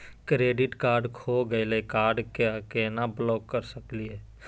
Credit card खो गैली, card क केना ब्लॉक कर सकली हे?